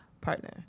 partner